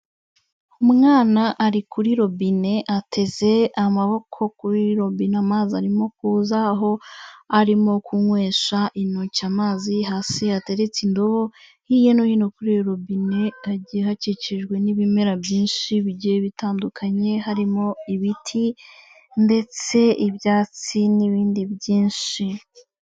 Umwana ari kuri robine ateze amaboko kuri robine, amazi arimo kuza aho arimo kunywesha intoki amazi, hasi hateretse indobo hirya no hino kuri iyo robine, hagiye hakikijwe n'ibimera byinshi bigiye bitandukanye, harimo ibiti ndetse ibyatsi n'ibindi byinshi.